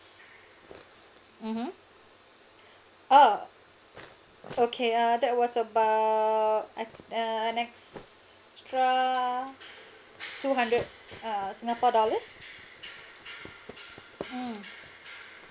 mmhmm oh okay uh that was about I th~ eh an extra two hundred uh singapore dollars mm